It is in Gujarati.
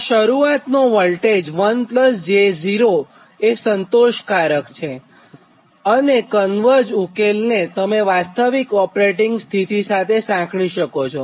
તો શરૂઆતનો વોલ્ટેજ 1j0 એ સંતોષકારક છે અને કન્વર્જ ઉકેલને તમે વાસ્તવિક ઓપરેટિંગ સ્થિતિ સાથે સાંકળી શકો છો